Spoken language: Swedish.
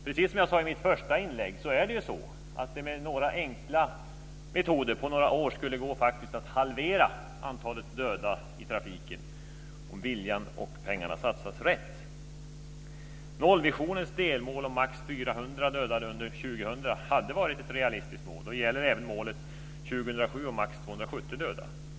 Precis som jag sade i mitt första inlägg skulle det gå att med några enkla metoder halvera antalet döda i trafiken på några år, om viljan finns och pengarna satsas rätt. Nollvisionens delmål om maximalt 400 dödade under år 2000 hade varit ett realistiskt mål, och det gäller även målet om maximalt 270 dödade år 2007.